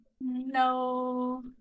no